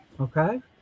okay